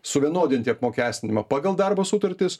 suvienodinti apmokestinimą pagal darbo sutartis